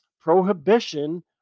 prohibition